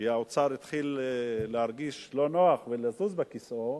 כי האוצר התחיל להרגיש לא נוח ולזוז בכיסאו.